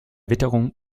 witterung